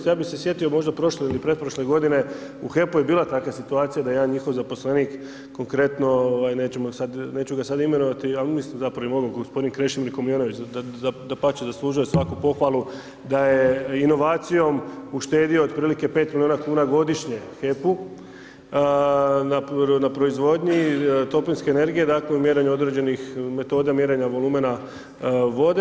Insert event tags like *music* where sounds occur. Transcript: Ja bise sjetio možda prošle ili pretprošle godine, u HEP-u je bila takva situacija da jedan njihov zaposlenik konkretno neću ga sad imenovati, ali mislim zapravo i mogu gospodin Krešimir … *unintelligible* dapače, zaslužuje svaku pohvalu da je inovacijom uštedio otprilike 5 milijuna godišnje HEP-u na proizvodnji toplinske energije, dakle u mjerenju određenih metoda mjerenja volumena vode.